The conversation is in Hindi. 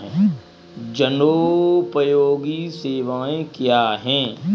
जनोपयोगी सेवाएँ क्या हैं?